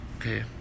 Okay